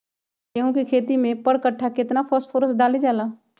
गेंहू के खेती में पर कट्ठा केतना फास्फोरस डाले जाला?